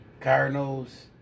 cardinals